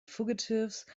fugitives